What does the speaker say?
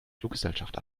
fluggesellschaft